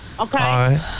Okay